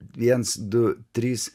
viens du trys